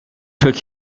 took